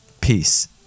Peace